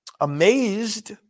amazed